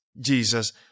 Jesus